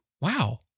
wow